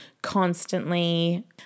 constantly